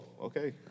okay